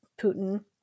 Putin